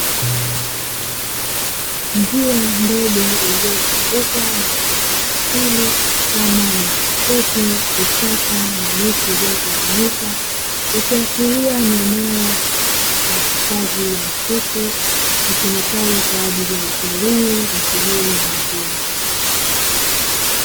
Njia ndogo iliyozungukwa na uoto wa asili, kama nyasi fupi, vichaka na miti iliyogawanyika, ikihashiria ni eneo la hifadhi ya misitu, litumikalo kwaajili ya utaliii na shughuli nyingine.